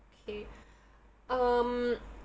okay um